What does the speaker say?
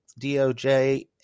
DOJ